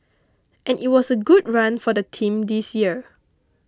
and it was a good run for the team this year